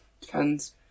Depends